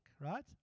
Right